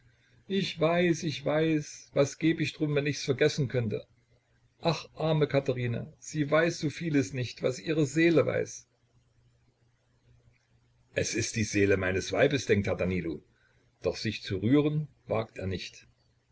ich weiß ich weiß was gäbe ich darum wenn ich's vergessen könnte ach arme katherina sie weiß so vieles nicht was ihre seele weiß es ist die seele meines weibes denkt herr danilo doch sich zu rühren wagt er nicht